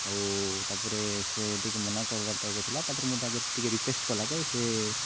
ଆଉ ତାପରେ ସେ ଟିକେ ମନା କର୍ବାର ଟାଇପ୍ର ଥିଲା ତାପରେ ମୁଁ ତାଙ୍କେ ଟିକେ ରିିକ୍ୱେଷ୍ଟ କଲାକେ ସେ